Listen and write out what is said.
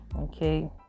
Okay